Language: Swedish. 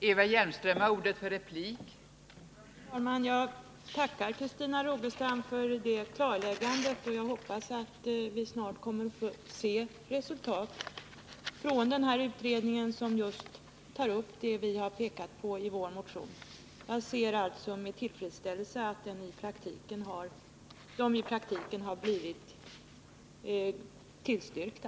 Fru talman! Jag tackar Christina Rogestam för det klarläggandet. Och jag hoppas att vi snart kommer att få se resultat från denna utredning, som just tar upp det vi har pekat på i våra motioner. Jag ser alltså med tillfredsställelse på att de i praktiken har blivit tillstyrkta.